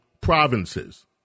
provinces